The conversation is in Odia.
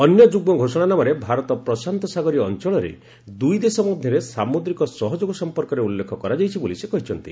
ଅନ୍ୟ ଯୁଗ୍ମଘୋଷଣାନାମାରେ ଭାରତ ପ୍ଶାନ୍ତସାଗରୀୟ ଅଞ୍ଚଳରେ ଦ୍ରଇଦେଶ ମଧ୍ୟରେ ସାମ୍ରଦିକ ସହଯୋଗ ସଂପର୍କରେ ଉଲ୍ଲେଖ କରାଯାଇଛି ବୋଲି ସେ କହିଛନ୍ତି